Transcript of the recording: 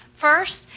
first